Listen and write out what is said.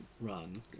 run